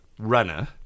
Runner